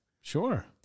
Sure